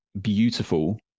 beautiful